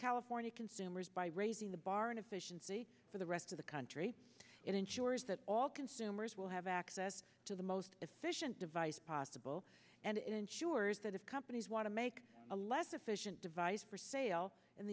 california consumers by raising the bar in efficiency for the rest of the country it ensures that all consumers will have access to the most efficient device possible and it ensures that if companies want to make a less efficient device for sale